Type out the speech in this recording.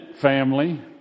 family